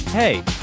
Hey